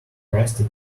rusty